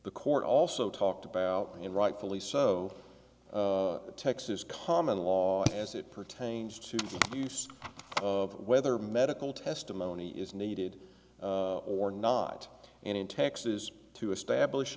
the court also talked about and rightfully so texas common law as it pertains to the whether medical testimony is needed or not and in texas to establish